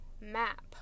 map